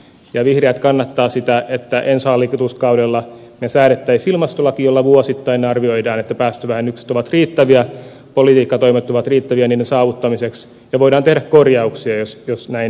vihreät kannattavat sitä että ensi hallituskaudella säädettäisiin ilmastolaki jolla vuosittain arvioidaan että päästövähennykset ovat riittäviä politiikkatoimet ovat riittäviä niiden saavuttamiseksi ja voidaan tehdä korjauksia jos näin ei ole